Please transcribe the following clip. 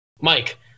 Mike